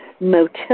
motility